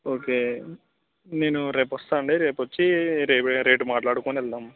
okay నేను రేపొస్తాను అండి రేపొచ్చి రే రేటు మాట్లాడుకుని వెళ్దాం